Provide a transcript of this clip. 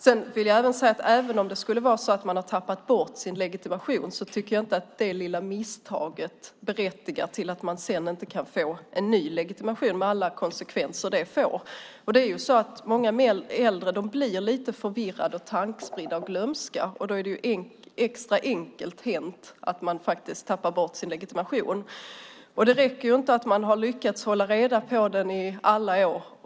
Låt mig också säga att även om man skulle ha tappat bort sin legitimation tycker jag inte att det lilla misstaget ska leda till att man inte kan få en ny legitimation med tanke på alla konsekvenser det innebär. Många äldre blir lite förvirrade, tankspridda och glömska, och då är det särskilt lätt hänt att man tappar bort legitimationen. Det räcker inte att man lyckats hålla reda på den i alla år.